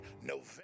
November